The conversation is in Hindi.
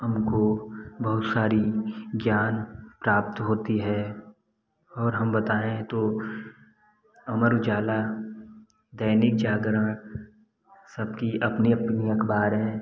हमको बहुत सारी ज्ञान प्राप्त होती है और हम बताऍं तो अमर उजाला दैनिक जागरण सबकी अपनी अपनी अखबार है